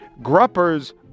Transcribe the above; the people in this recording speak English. Grupper's